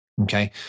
Okay